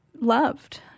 loved